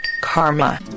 karma